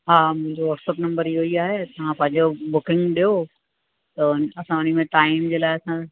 हा मुंहिंजो WhatsApp number इहो ई आहे तव्हां पंहिंजो बुकिंग ॾियो त उ असां उन्ही में टाइम जे लाइ असां